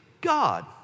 God